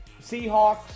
Seahawks